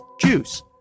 Juice